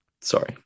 sorry